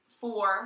four